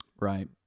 right